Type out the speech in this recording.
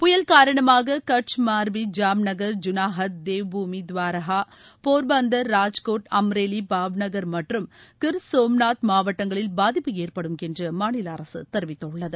புயல் காரணமாக கட்ச் மார்பி ஜாம்நகர் ஜுனாகத் தேவ்பூமி துவரகா போர்பந்தர் ராஜ்கோட் அம்ரேலி பாவ்நகர் மற்றும் கிர் சோம்நாத் மாவட்டங்களில் பாதிப்பு ஏற்படும் என்று மாநில அரசு தெரிவித்துள்ளது